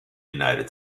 united